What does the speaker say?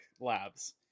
Labs